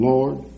Lord